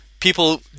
People